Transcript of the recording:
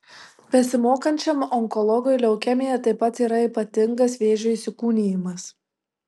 besimokančiam onkologui leukemija taip pat yra ypatingas vėžio įsikūnijimas